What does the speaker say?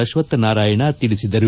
ಅಶ್ವತ್ ನಾರಾಯಣ ತಿಳಿಸಿದರು